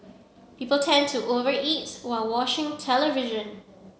people tend to over eat while watching television